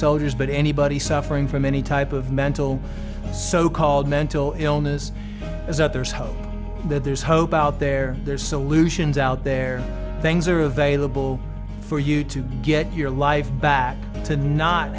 soldiers but anybody suffering from any type of mental so called mental illness is out there's hope that there's hope out there there's solutions out there things are available for you to get your life back to not